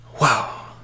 Wow